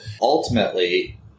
ultimately